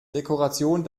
dekoration